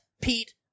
Pete